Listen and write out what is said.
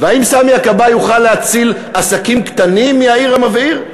והאם סמי הכבאי יוכל להציל עסקים קטנים מיאיר המבעיר?